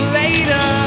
later